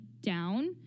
down